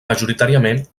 majoritàriament